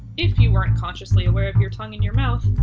if you weren't consciously aware of your tongue in your mouth,